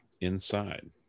inside